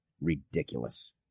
Ridiculous